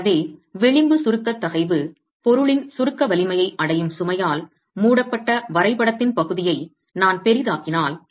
எனவே விளிம்பு சுருக்க தகைவு பொருளின் சுருக்க வலிமையை அடையும் சுமையால் மூடப்பட்ட வரைபடத்தின் பகுதியை நான் பெரிதாக்கினால்